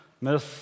Miss